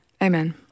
Amen